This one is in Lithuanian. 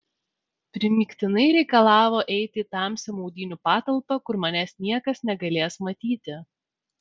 primygtinai reikalavo eiti į tamsią maudynių patalpą kur manęs niekas negalės matyti